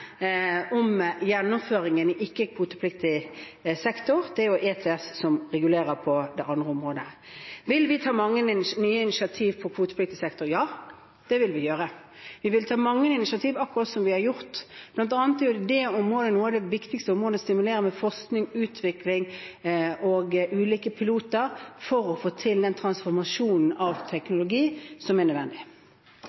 om gjennomføringen i ikke-kvotepliktig sektor. Det er jo ETS som regulerer på det andre området. Vil vi ta mange nye initiativ på kvotepliktig sektor? Ja, det vil vi gjøre. Vi vil ta mange initiativ, akkurat som vi har gjort, bl.a. er det området blant de viktigste områdene å stimulere med forskning, utvikling og ulike piloter for å få til den transformasjonen av teknologi som er nødvendig.